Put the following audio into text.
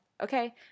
okay